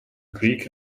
greek